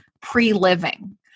pre-living